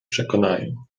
przekonają